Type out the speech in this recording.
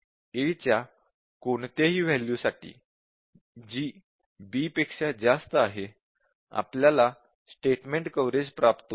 a च्या कोणत्याही वॅल्यूसाठी जी b पेक्षा जास्त आहे आपल्याला स्टेटमेंट कव्हरेज प्राप्त होईल